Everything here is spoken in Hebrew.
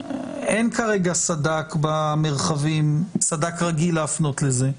כרגע אין סד"כ רגיל להפנות לזה.